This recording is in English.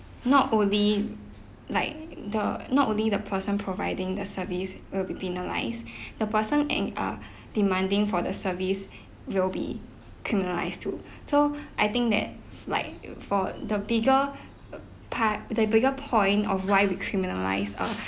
not only like the not only the person providing the service will be penalised the person in uh demanding for the service will be criminalised too so I think that like uh for the bigger uh part the bigger point of why we criminalise uh